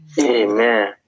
Amen